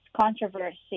controversy